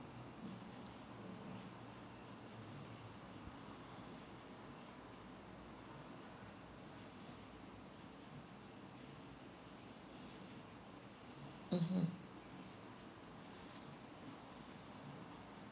mmhmm